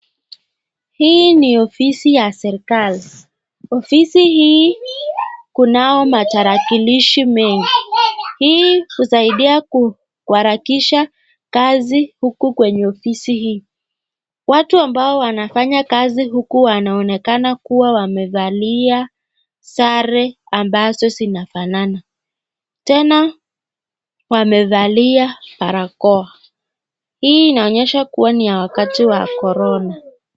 Hii ni ofisi ya serikali, ofisi hii kunao matarakilishi mengi, hii husaidia kuarakisha kazi huku kwenye ofisi hii. Watu ambao wanafanya kazi huku wanaonekana wamevalia sare ambazo zinafanana, tena wamevalia parakoa, hii inaonyesha kuwa ni ya wakati wa Corona.